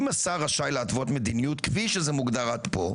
אם השר רשאי להתוות מדיניות כפי שזה מוגדר עד פה,